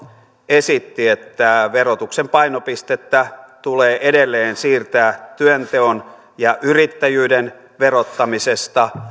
esitti että verotuksen painopistettä tulee edelleen siirtää työnteon ja yrittäjyyden verottamisesta